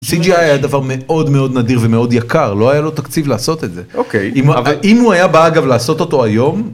דבר מאוד מאוד נדיר ומאוד יקר לא היה לו תקציב לעשות את זה אוקיי אם הוא היה בא אגב לעשות אותו היום.